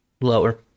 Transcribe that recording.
Lower